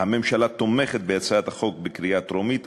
הממשלה תומכת בהצעת החוק בקריאה טרומית,